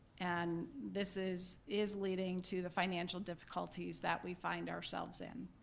and this is is leading to the financial difficulties that we find ourselves in.